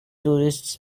tourists